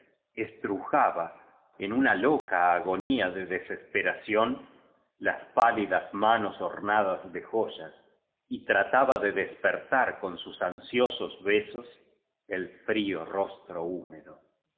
estrujaba en una loca agonía de desesperación las pálidas manos ornadas de joyas y tra taba de despertar con sus ansiosos besos el frío rostro húmedo